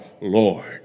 Lord